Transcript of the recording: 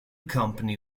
company